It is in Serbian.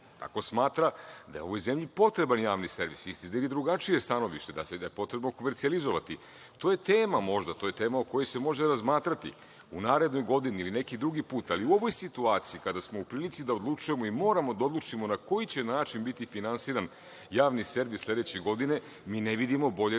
tako smatra, da je ovoj zemlji potreban Javni servis. Vi ste izneli drugačije stanovište da je potrebno komercijalizovati. To je tema možda. To je tema o kojoj se može razmatrati u narednoj godini ili neki drugi put, ali u ovoj situaciji, kada smo u prilici da odlučujemo i moramo da odlučimo na koji će način biti finansiran Javni servis sledeće godine, mi ne vidimo bolje